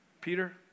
Peter